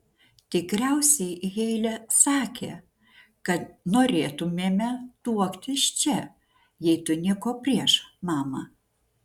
tikriausiai heile sakė kad norėtumėme tuoktis čia jei tu nieko prieš mama